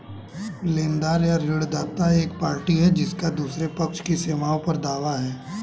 लेनदार या ऋणदाता एक पार्टी है जिसका दूसरे पक्ष की सेवाओं पर दावा है